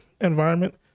environment